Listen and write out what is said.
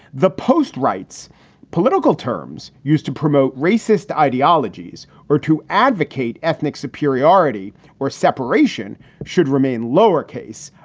the post writes political terms used to promote racist ideologies or to advocate ethnic superiority or separation should remain lower case,